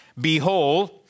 Behold